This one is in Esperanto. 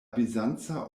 bizanca